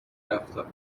رفتتم